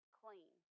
clean